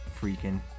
freaking